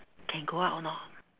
can go out or not